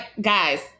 guys